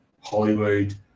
Hollywood